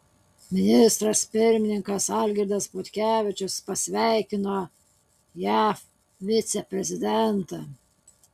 ministras pirmininkas algirdas butkevičius pasveikino jav viceprezidentą